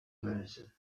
meuse